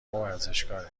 ورزشکاره